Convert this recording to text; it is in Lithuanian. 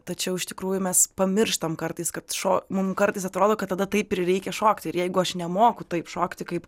tačiau iš tikrųjų mes pamirštam kartais kad šo mums kartais atrodo kad tada taip prireikia šokti ir jeigu aš nemoku taip šokti kaip